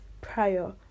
prior